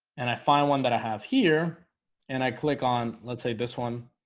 and i find one that i have here and i click on let's say this one